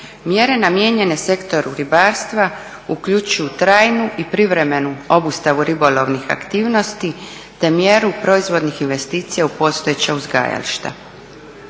Mjere namijenjene sektoru ribarstva uključuju trajnu i privremenu obustavu ribolovnih aktivnosti te mjeru proizvodnih investicija u postojeća uzgajališta.